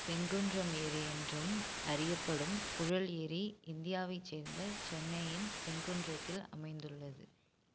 செங்குன்றம் ஏரி என்றும் அறியப்படும் புழல் ஏரி இந்தியாவைச் சேர்ந்த சென்னையின் செங்குன்றத்தில் அமைந்துள்ளது